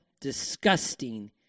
disgusting